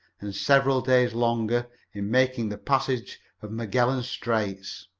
and several days longer in making the passage of magellan straits.